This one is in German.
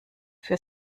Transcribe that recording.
für